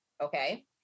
Okay